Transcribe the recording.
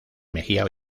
mejía